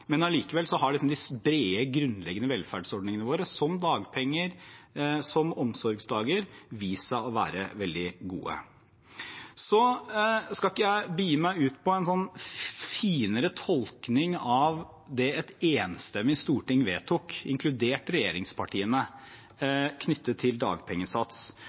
men allikevel har de brede, grunnleggende velferdsordningene våre, som dagpenger og omsorgsdager, vist seg å være veldig gode. Jeg skal ikke begi meg ut på en finere tolkning av det et enstemmig storting, inkludert regjeringspartiene, vedtok knyttet til dagpengesats,